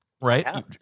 Right